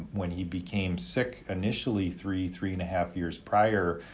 when he became sick initially three, three and a half years prior,